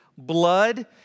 Blood